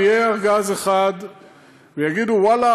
יהיה ארגז אחד ויגידו: ואללה,